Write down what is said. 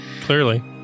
Clearly